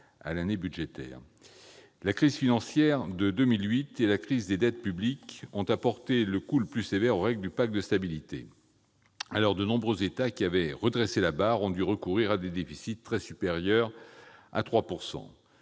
à l'année budgétaire. La crise financière de 2008 et la crise des dettes publiques ont porté le coup le plus sévère aux règles du pacte de stabilité. De nombreux États qui avaient redressé la barre ont dû recourir à des déficits très supérieurs à 3 %.